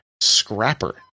Scrapper